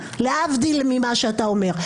להבדיל ממה שאתה אומר.